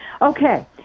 Okay